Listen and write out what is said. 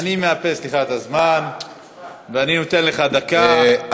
אני מאפס לך את הזמן ואני נותן לך דקה, בבקשה.